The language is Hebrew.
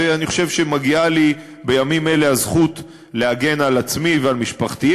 ואני חושב שמגיעה לי בימים אלה הזכות להגן על עצמי ועל משפחתי,